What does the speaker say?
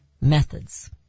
Methods